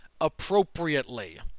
appropriately